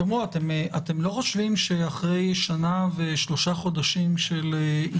ואם אתם אומרים לו לעשות שלוש בדיקות ולא שתיים אז הוא עושה שלוש